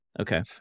okay